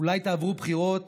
אולי תעברו בחירות